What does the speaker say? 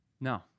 No